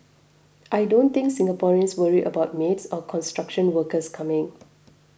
I don't think Singaporeans worry about maids or construction workers coming